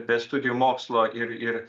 be studijų mokslo ir ir